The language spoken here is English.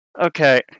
Okay